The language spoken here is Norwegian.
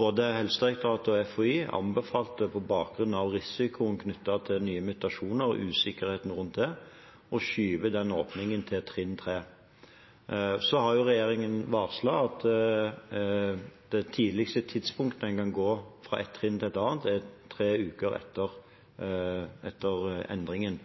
Både Helsedirektoratet og FHI anbefalte på bakgrunn av risikoen knyttet til nye mutasjoner og usikkerheten rundt det, å skyve den åpningen til trinn 3. Regjeringen har varslet at det tidligste tidspunktet man kan gå fra et trinn til et annet, er tre uker etter endringen.